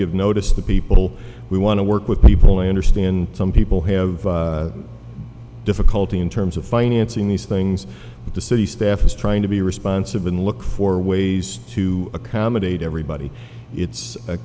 give notice to the people we want to work with people i understand some people have difficulty in terms of financing these things but the city staff is trying to be responsive and look for ways to accommodate everybody it's a